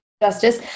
justice